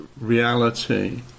reality